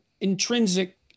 intrinsic